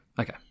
okay